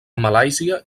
malàisia